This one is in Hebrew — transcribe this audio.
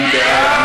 מי בעד?